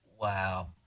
Wow